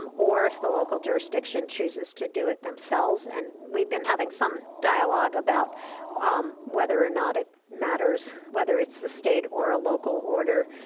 um or if the local jurisdiction chooses to do it themselves, and we've been having some dialogue about um whether or not it matters whether it's the state or a local order,